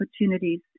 opportunities